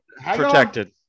Protected